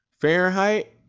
Fahrenheit